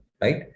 right